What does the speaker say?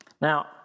Now